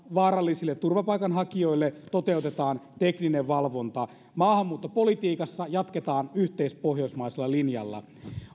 vaarallisille turvapaikanhakijoille toteutetaan tekninen valvonta maahanmuuttopolitiikassa jatketaan yhteispohjoismaisella linjalla